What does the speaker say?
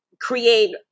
create